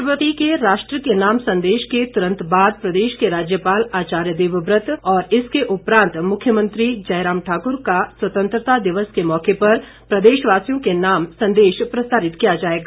राष्ट्रपति के राष्ट्र के नाम संदेश के तुरंत बाद प्रदेश के राज्यपाल आचार्य देवव्रत और इसके उपरांत मुख्यमंत्री जयराम ठाकुर का स्वतंत्रता दिवस के मौके पर प्रदेशवासियों के नाम संदेश प्रसारित किया जाएगा